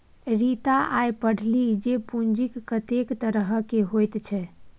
रीता आय पढ़लीह जे पूंजीक कतेक तरहकेँ होइत छै